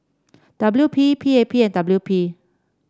W P P A P and W P